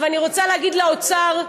אני רוצה להגיד לאוצר,